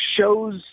shows